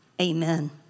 Amen